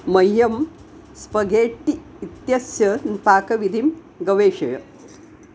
मह्यं स्पघेट्टि इत्यस्य पाकविधिं गवेषय